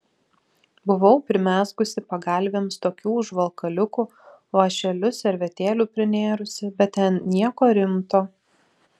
buvau primezgusi pagalvėms tokių užvalkaliukų vąšeliu servetėlių prinėrusi bet ten nieko rimto